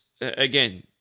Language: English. again